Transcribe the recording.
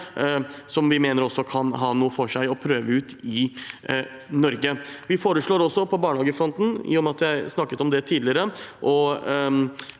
som vi mener det kan ha noe for seg å prøve ut i Norge. På barnehagefronten – i og med at jeg snakket om det tidligere